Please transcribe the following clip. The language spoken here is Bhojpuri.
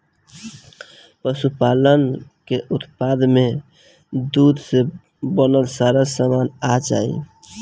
पशुपालन के उत्पाद में दूध से बनल सारा सामान आ जाई